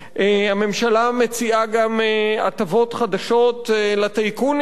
הממשלה מציעה גם הטבות חדשות לטייקונים,